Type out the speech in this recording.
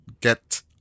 get